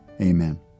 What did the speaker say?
amen